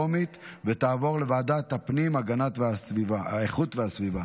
לוועדת הפנים והגנת הסביבה נתקבלה.